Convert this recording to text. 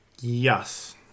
Yes